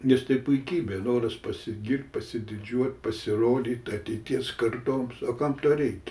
nes tai puikybė noras pasigirt pasididžiuot pasirodyt ateities kartoms o kam to reikia